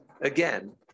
again